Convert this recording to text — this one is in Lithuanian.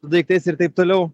su daiktais ir taip toliau